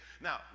now